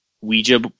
Ouija